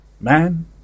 man